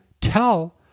tell